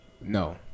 No